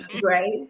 right